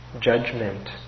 judgment